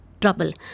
trouble